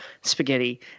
spaghetti